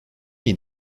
iyi